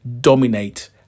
dominate